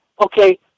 okay